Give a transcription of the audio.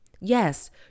Yes